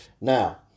now